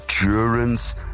endurance